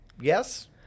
Yes